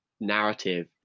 narrative